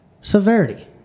severity